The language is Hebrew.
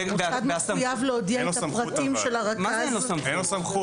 המוסד מחויב להודיע את הפרטים של הרכז --- אין לו סמכות,